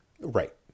right